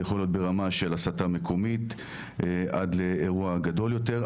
זה יכול להיות ברמה של הסתה מקומית עד לאירוע גדול יותר,